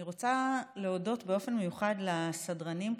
אני רוצה להודות באופן מיוחד לסדרנים פה,